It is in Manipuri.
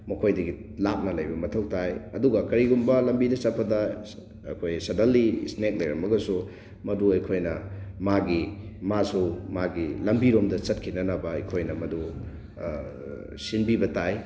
ꯃꯈꯣꯏꯗꯒꯤ ꯂꯥꯞꯅ ꯂꯩꯕ ꯃꯊꯧ ꯇꯥꯏ ꯑꯗꯨꯒ ꯀꯔꯤꯒꯨꯝꯕ ꯂꯝꯕꯤꯗ ꯆꯠꯄꯗ ꯑꯩꯈꯣꯏ ꯁꯗꯜꯂꯤ ꯏ꯭ꯁꯅꯦꯛ ꯂꯩꯔꯝꯃꯒꯁꯨ ꯃꯗꯨ ꯑꯩꯈꯣꯏꯅ ꯃꯥꯒꯤ ꯃꯥꯁꯨ ꯃꯥꯒꯤ ꯂꯝꯕꯤꯔꯣꯝꯗ ꯆꯠꯈꯤꯅꯅꯕ ꯑꯩꯈꯣꯏꯅ ꯃꯗꯨ ꯁꯤꯟꯕꯤꯕ ꯇꯥꯏ